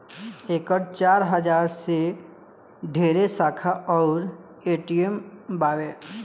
एकर चार हजार से ढेरे शाखा अउर ए.टी.एम बावे